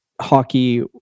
hockey